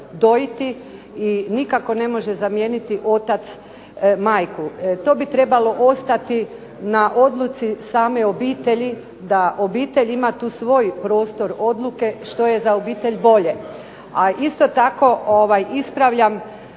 dojiti i nikako ne može zamijeniti otac majku. To bi trebalo ostati na odluci same obitelji, da obitelj tu ima svoj prostor odluke što je za obitelj bolje. A isto tako ispravljam